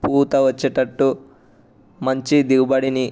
పూత వచ్చేటట్టు మంచి దిగుబడిని